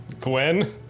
Gwen